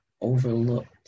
overlooked